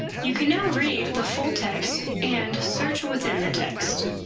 you can now read the full text and search within the text.